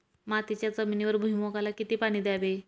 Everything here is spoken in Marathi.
मातीच्या जमिनीवर भुईमूगाला किती पाणी द्यावे?